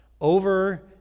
Over